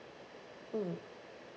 mm